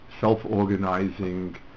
self-organizing